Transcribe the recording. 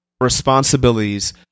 responsibilities